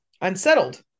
unsettled